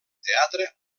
teatre